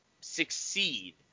succeed